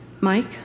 Mike